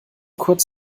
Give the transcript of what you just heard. kurz